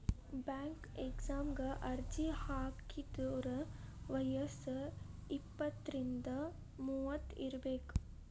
bank ಎಕ್ಸಾಮಗ ಅರ್ಜಿ ಹಾಕಿದೋರ್ ವಯ್ಯಸ್ ಇಪ್ಪತ್ರಿಂದ ಮೂವತ್ ಇರಬೆಕ್